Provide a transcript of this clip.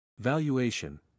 Valuation